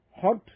hot